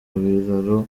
biraro